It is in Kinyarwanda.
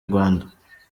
rwanda